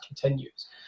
continues